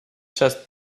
just